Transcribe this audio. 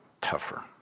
tougher